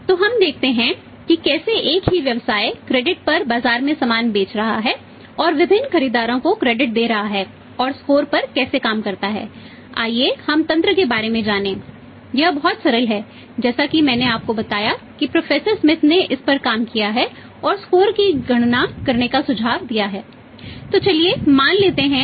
तो हम देखते हैं कि कैसे एक ही व्यवसाय क्रेडिट हैं